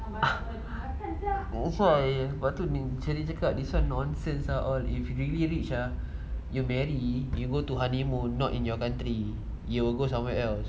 that's why lepas tu sheryn cakap this [one] nonsense ah all if really rich ah you marry you go to honeymoon not in your country you will go somewhere else